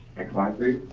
next slide, please.